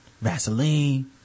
Vaseline